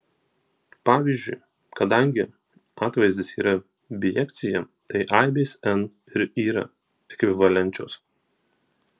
pavyzdžiui kadangi atvaizdis yra bijekcija tai aibės n ir yra ekvivalenčios